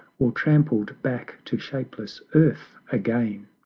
or trampled back to shapeless earth again.